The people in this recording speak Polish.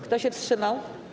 Kto się wstrzymał?